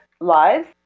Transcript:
lives